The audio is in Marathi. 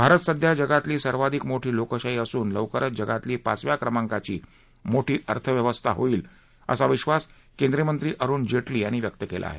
भारत सध्या ज ातील सर्वाधिक मोठी लोकशाही असून लवकरच ज ातील पाचव्या क्रमांकाची मोठी अर्थव्यवस्था होईल असा विश्वास केंद्रीय मंत्री अरुण जेटली यांनी व्यक्त केला आहे